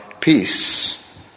peace